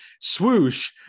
swoosh